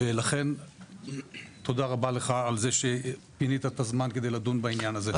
ולכן תודה רבה לך על כך שפינית את הזמן כדי לדון בעניין הזה.